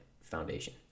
Foundation